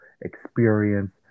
experience